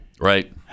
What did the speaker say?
Right